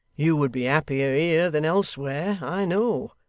you would be happier here than elsewhere, i know.